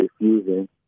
refusing